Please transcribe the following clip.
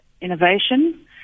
innovation